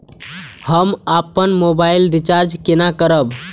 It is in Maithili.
हम अपन मोबाइल रिचार्ज केना करब?